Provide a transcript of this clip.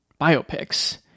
biopics